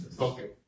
Okay